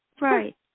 Right